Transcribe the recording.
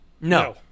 No